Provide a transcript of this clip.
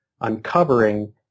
uncovering